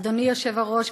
אדוני היושב-ראש,